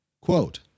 Quote